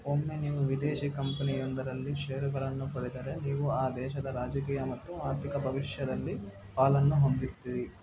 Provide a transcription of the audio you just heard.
ಒಮ್ಮೆ ನೀವು ವಿದೇಶಿ ಕಂಪನಿಯೊಂದರಲ್ಲಿ ಷೇರುಗಳನ್ನು ಪಡೆದರೆ ನೀವು ಆ ದೇಶದ ರಾಜಕೀಯ ಮತ್ತು ಆರ್ಥಿಕ ಭವಿಷ್ಯದಲ್ಲಿ ಪಾಲನ್ನು ಹೊಂದುತ್ತೀರಿ